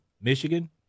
Michigan